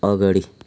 अगाडि